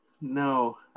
no